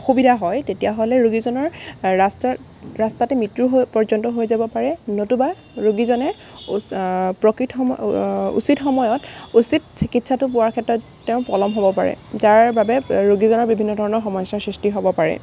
অসুবিধা হয় তেতিয়া হ'লে ৰোগীজনৰ ৰাস্তাৰ ৰাস্তাতে মৃত্যু হ পৰ্যন্ত হৈ যাব পাৰে নতুবা ৰোগীজনে প্ৰকৃত সম উচিত সময়ত উচিত চিকিৎসাটো পোৱাৰ ক্ষেত্ৰত তেওঁ পলম হ'ব পাৰে যাৰ বাবে ৰোগীজনৰ বিভিন্ন ধৰণৰ সমস্যাৰ সৃষ্টি হ'ব পাৰে